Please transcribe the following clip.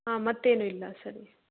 ಹಾಂ ಮತ್ತೇನೂ ಇಲ್ಲ ಸರಿ